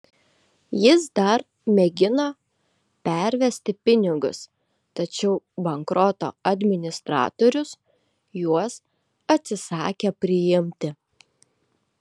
jis dar mėgino pervesti pinigus tačiau bankroto administratorius juos atsisakė priimti